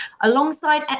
Alongside